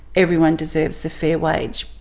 everyone deserves a fair wage.